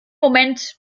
moment